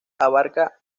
abarca